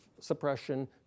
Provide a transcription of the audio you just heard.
suppression